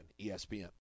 ESPN